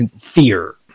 fear